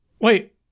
Wait